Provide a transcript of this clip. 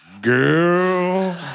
girl